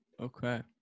Okay